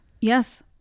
yes